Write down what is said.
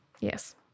yes